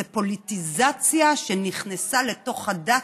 זה פוליטיזציה שנכנסה לתוך הדת,